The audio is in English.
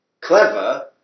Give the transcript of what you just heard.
clever